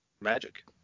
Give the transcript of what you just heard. Magic